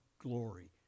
glory